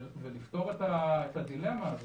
ולפתור את הדילמה הזאת.